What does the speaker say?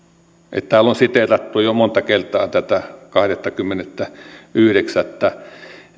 täällä on siteerattu jo monta kertaa tätä kahdettakymmenettäyhdeksättä